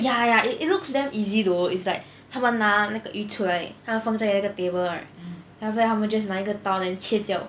ya ya it looks damn easy though it's like 他们拿那个鱼出来他放在那个 table right then after that 他们 just 拿一个刀 then 切掉